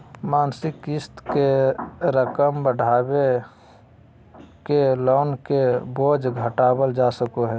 मासिक क़िस्त के रकम बढ़ाके लोन के बोझ घटावल जा सको हय